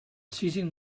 seizing